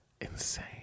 insane